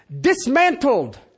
dismantled